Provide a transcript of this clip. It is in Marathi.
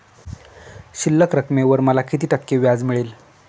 शिल्लक रकमेवर मला किती टक्के व्याज मिळेल?